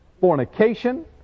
fornication